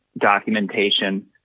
documentation